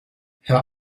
her